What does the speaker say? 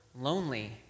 lonely